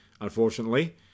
unfortunately